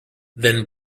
then